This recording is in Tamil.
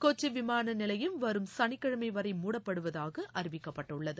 கொச்சி விமானநிலையம் வரும் சனிக்கிழமை வரை மூடப்படுவதாக அறிவிக்கப்பட்டுள்ளது